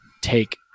take